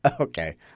Okay